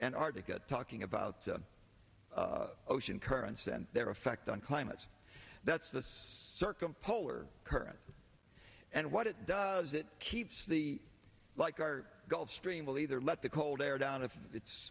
antarctica talking about the ocean currents and their effect on climate that's the circum polar currents and what it does it keeps the like our gulf stream will either let the cold air down if it's